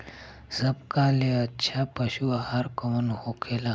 सबका ले अच्छा पशु आहार कवन होखेला?